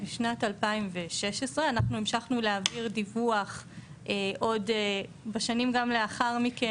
בשנת 2016. אנחנו המשכנו להעביר דיווח גם בשנים שלאחר מכן.